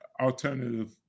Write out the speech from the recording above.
alternative